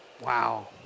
Wow